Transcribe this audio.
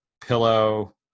pillow